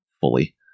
fully